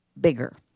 bigger